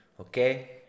Okay